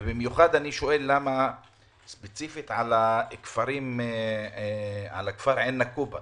ובמיוחד אני שואל ספציפית על הכפר עין נקובה